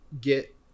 get